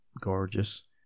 gorgeous